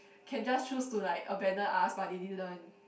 can just choose to like abandon us but they didn't